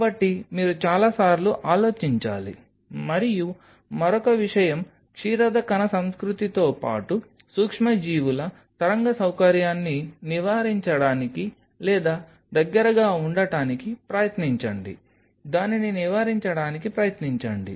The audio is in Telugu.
కాబట్టి మీరు చాలాసార్లు ఆలోచించాలి మరియు మరొక విషయం క్షీరద కణ సంస్కృతితో పాటు సూక్ష్మజీవుల తరంగ సౌకర్యాన్ని నివారించడానికి లేదా దగ్గరగా ఉండటానికి ప్రయత్నించండి దానిని నివారించడానికి ప్రయత్నించండి